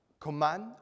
command